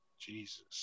Jesus